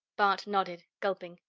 bart nodded, gulping.